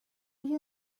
you